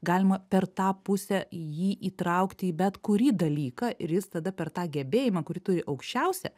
galima per tą pusę jį įtraukti į bet kurį dalyką ir jis tada per tą gebėjimą kurį turi aukščiausią